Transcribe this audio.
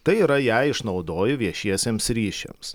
tai yra ją išnaudoju viešiesiems ryšiams